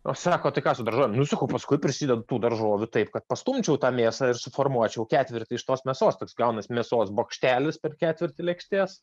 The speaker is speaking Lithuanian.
o sako tai ką su daržovėm nu sakau paskui prisidedu tų daržovių taip kad pastumčiau tą mėsą ir suformuočiau ketvirtį iš tos mėsos toks gaunasi mėsos bokštelis per ketvirtį lėkštės